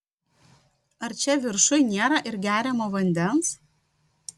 ar čia viršuj nėra ir geriamo vandens